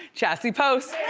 chassie post.